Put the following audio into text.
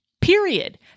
Period